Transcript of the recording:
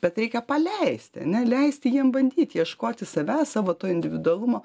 bet reikia paleisti ane leisti jiem bandyt ieškoti savęs savo to individualumo